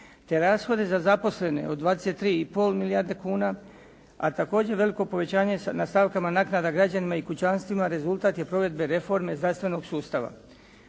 te rashode za zaposlene od 23,5 milijardi kuna, a također veliko povećanje na stavkama naknada građanima i kućanstvima rezultat je provedbe reforme zdravstvenog sustava.